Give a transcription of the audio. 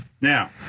Now